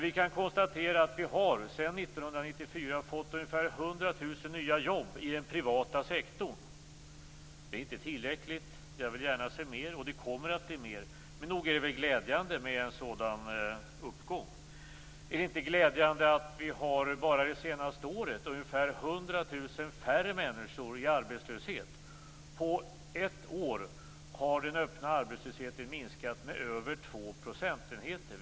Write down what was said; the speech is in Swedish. Vi kan konstatera att vi sedan 1994 har fått ungefär 100 000 nya jobb i den privata sektorn. Det är inte tillräckligt. Jag vill gärna se fler, och det kommer att bli fler. Men nog är det glädjande med en sådan uppgång. Är det inte glädjande att vi bara under det senaste året har ungefär 100 000 färre människor i arbetslöshet? På ett år har den öppna arbetslösheten minskat med över två procentenheter.